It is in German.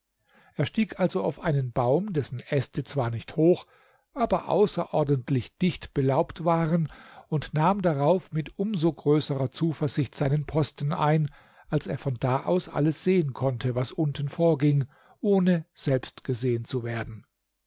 er stieg also auf einen baum dessen äste zwar nicht hoch aber außerordentlich dicht belaubt waren und nahm darauf mit um so größerer zuversicht seinen posten ein als er von da aus alles sehen konnte was unten vorging ohne selbst gesehen zu werden